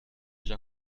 déjà